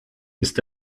ist